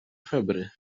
febry